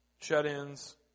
shut-ins